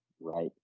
right